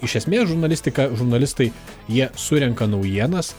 iš esmės žurnalistika žurnalistai jie surenka naujienas